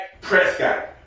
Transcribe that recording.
Prescott